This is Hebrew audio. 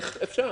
אז אפשר.